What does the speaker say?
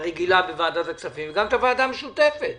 הרגילה בוועדת הכספים וגם את הוועדה המשותפת